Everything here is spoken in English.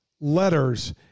letters